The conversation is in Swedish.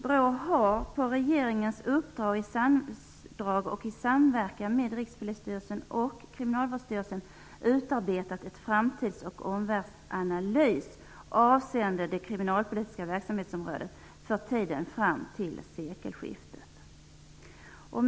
BRÅ har på regeringens uppdrag och i samverkan med Rikspolisstyrelsen och Kriminalvårdsstyrelsen utarbetat en framtids och omvärldsanalys avseende det kriminalpolitiska verksamhetsområdet för tiden fram till sekelskiftet.